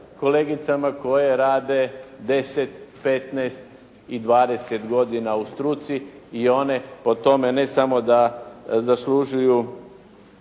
kolegicama koje rade 10, 15 i 20 godina u struci i one po tome ne samo da zaslužuju